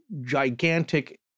gigantic